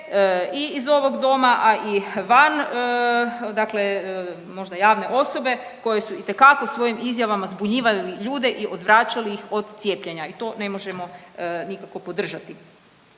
i iz ovog doma, a i van dakle možda javne osobe koje su itekako svojim izjavama zbunjivali ljude i odvraćali ih od cijepljena i to ne možemo nikako podržati.